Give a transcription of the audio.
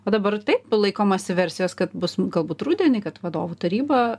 o dabar taip laikomasi versijos kad bus galbūt rudenį kad vadovų taryba